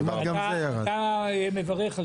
תודה רבה, רועי.